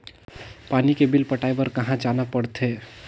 पानी के बिल पटाय बार कहा जाना पड़थे?